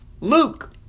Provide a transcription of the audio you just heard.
Luke